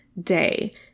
day